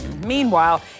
Meanwhile